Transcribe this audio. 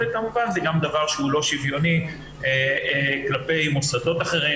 וכמובן זה גם דבר שהוא לא שוויוני כלפי מוסדות אחרים,